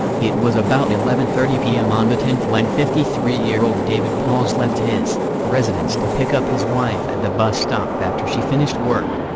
it was about eleven thirty p m. on the tenth when fifty three year old david pauls left his residence to pick up his wife at the bus stop after she finished work.